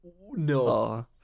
no